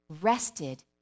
rested